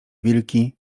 wilki